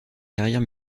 carrière